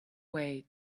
way